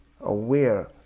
aware